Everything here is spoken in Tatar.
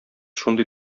шундый